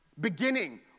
beginning